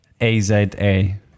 A-Z-A